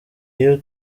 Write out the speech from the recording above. iyo